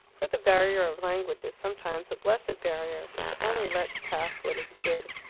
for the barrier of language is sometimes a blessed barrier, which only lets pass what is good.